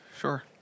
Sure